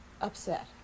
upset